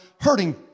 hurting